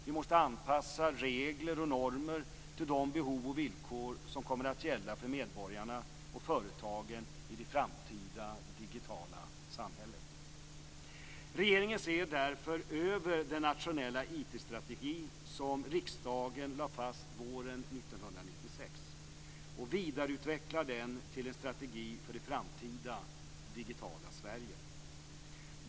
Vi måste anpassa regler och normer till de behov och villkor som kommer att gälla för medborgarna och företagen i det framtida digitala samhället. strategi som riksdagen lade fast våren 1996, och vidareutvecklar den till en strategi för det framtida digitala Sverige.